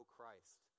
Christ